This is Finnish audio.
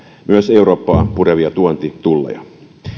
myös eurooppaa purevia tuontitulleja